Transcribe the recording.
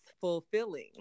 fulfilling